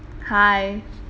hi